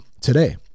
today